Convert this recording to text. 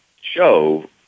show